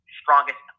strongest